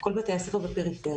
כל בתי הספר בפריפריה,